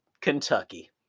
Kentucky